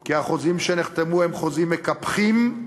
כי החוזים שנחתמו הם חוזים מקפחים,